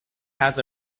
has